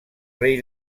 rei